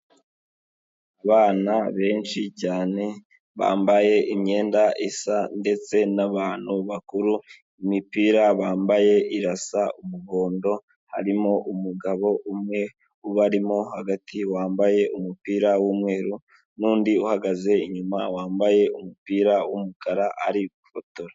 Abana benshi cyane, bambaye imyenda isa ndetse n'abantu bakuru, imipira bambaye irasa umuhondo, harimo umugabo umwe ubarimo hagati wambaye umupira w'umweru, n'undi uhagaze inyuma wambaye umupira w'umukara ari fotora.